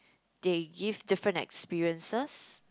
they give different experiences